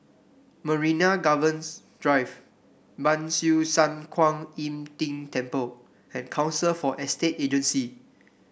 Marina Gardens Drive Ban Siew San Kuan Im Tng Temple and Council for Estate Agencies